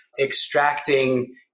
extracting